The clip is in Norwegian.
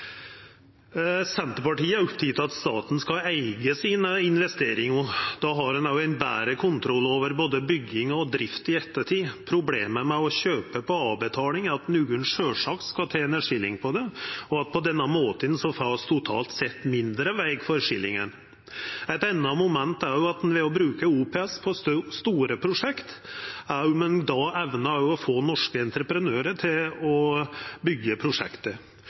Senterpartiet er oppteke av at staten skal eiga investeringane sine. Då har ein òg ein betre kontroll over både bygging og drift i ettertid. Problemet med å kjøpa på avbetaling er at nokon sjølvsagt skal tena skilling på det, og at vi på denne måten totalt sett får mindre veg for skillingen. Eit anna moment er om ein ved å bruka OPS i store prosjekt då evnar å få norske entreprenørar til å byggja prosjektet.